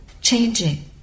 changing